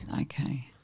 Okay